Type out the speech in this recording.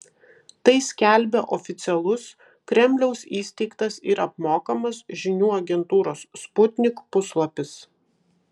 tai skelbia oficialus kremliaus įsteigtas ir apmokamas žinių agentūros sputnik puslapis